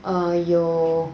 !aiyo!